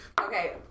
Okay